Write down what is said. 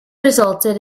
resulted